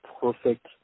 perfect